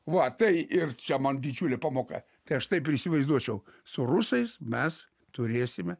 va tai ir čia man didžiulė pamoka tai aš taip ir įsivaizduočiau su rusais mes turėsime